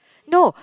no